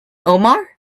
omar